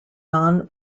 non